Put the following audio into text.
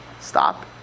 stop